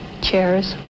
chairs